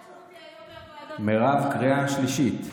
מירב, קריאה שלישית.